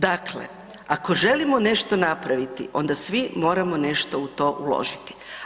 Dakle, ako želimo nešto napraviti onda svi moramo nešto u to uložiti.